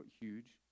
huge